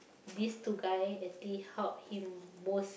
these two guy actually help him most